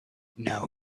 now